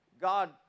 God